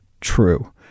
true